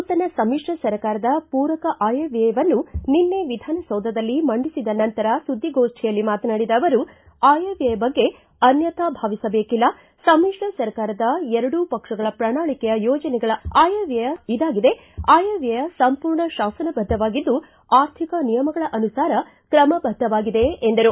ನೂತನ ಸಮಿಶ್ರ ಸರ್ಕಾರದ ಪೂರಕ ಆಯವ್ಯಯವನ್ನು ನಿನ್ನೆ ವಿಧಾನಸೌಧದಲ್ಲಿ ಮಂಡಿಸಿದ ನಂತರ ಸುದ್ದೊಗೋಷ್ಠಿಯಲ್ಲಿ ಮಾತನಾಡಿದ ಅವರು ಆಯವ್ವಯ ಬಗ್ಗೆ ಅನ್ನಥಾ ಭಾವಿಸಬೇಕಿಲ್ಲ ಸಮ್ನಿಶ್ರ ಸರ್ಕಾರದ ಎರಡೂ ಪಕ್ಷಗಳ ಪ್ರಣಾಳಿಕೆಯ ಯೋಜನೆಗಳ ಆಯವ್ಯಯ ಇದಾಗಿದೆ ಆಯವ್ಯಯ ಸಂಪೂರ್ಣ ಶಾಸನಬದ್ದವಾಗಿದ್ದು ಆರ್ಥಿಕ ನಿಯಮಗಳ ಅನುಸಾರ ಕ್ರಮಬದ್ಲವಾಗಿದೆ ಎಂದರು